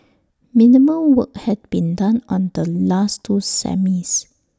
minimal work had been done on the last two semis